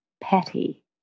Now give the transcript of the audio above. petty